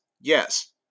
Yes